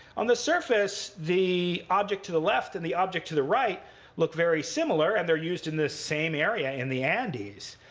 on the surface, the object to the left and the object to the right look very similar. and they're used in the same area in the andes.